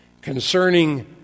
Concerning